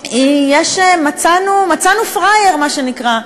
מצאנו פראייר, מה שנקרא,